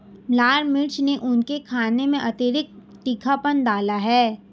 लाल मिर्च ने उनके खाने में अतिरिक्त तीखापन डाला है